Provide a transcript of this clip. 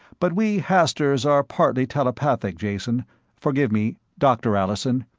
but we hasturs are partly telepathic, jason forgive me doctor allison.